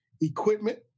equipment